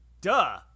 Duh